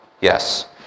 Yes